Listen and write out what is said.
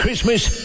Christmas